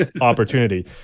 opportunity